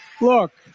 Look